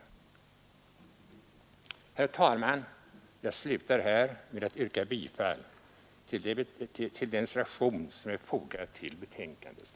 ———.” Herr talman! Jag yrkar avslutningsvis bifall till den vid justitieutskottets betänkande nr 37 fogade reservationen.